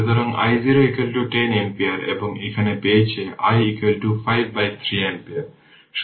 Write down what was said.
সুতরাং i0 10 ampere এবং এখানে পেয়েছি i 5 বাই 3 অ্যাম্পিয়ার